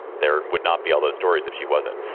there and would not be all those stories if she wasn't.